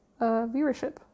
viewership